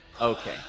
Okay